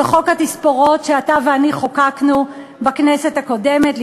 חוק התספורות שאתה ואני חוקקנו בכנסת הקודמת,